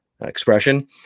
expression